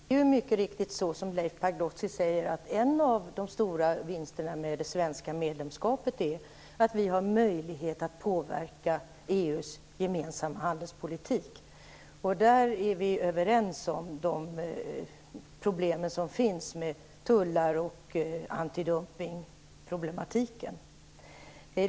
Herr talman! Det är mycket riktigt så som Leif Pagrotsky säger, att en av de stora vinsterna med det svenska EU-medlemskapet är att vi har fått möjlighet att påverka EU:s gemensamma handelspolitik. Vi är överens om de problem som finns med tullar och antidumpning.